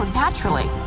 naturally